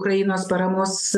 ukrainos paramos